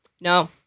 no